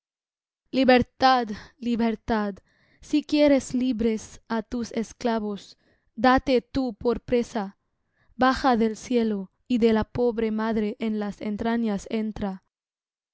libertad libertad si quieres libres á tus esclavos date tú por presa baja del cielo y de la pobre madre en las entrañas entra